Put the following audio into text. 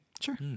Sure